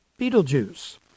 Beetlejuice